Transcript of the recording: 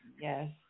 Yes